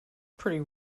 pretty